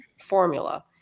formula